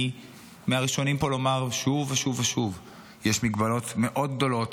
אני מהראשונים לומר פה שוב ושוב שיש הגבלות גדולות